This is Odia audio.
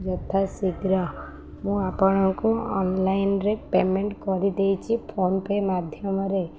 ଯଥା ଶୀଘ୍ର ମୁଁ ଆପଣଙ୍କୁ ଅନଲାଇନ୍ରେ ପେମେଣ୍ଟ କରିଦେଇଛି ଫୋନ୍ପେ ମାଧ୍ୟମରେ